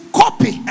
copy